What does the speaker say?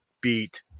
beat